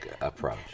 approach